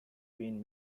been